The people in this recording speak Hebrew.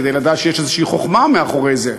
כדי לדעת שיש איזו חוכמה מאחורי זה,